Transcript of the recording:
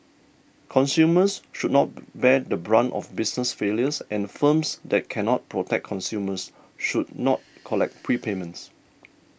consumers should not bear the brunt of business failures and firms that cannot protect customers should not collect prepayments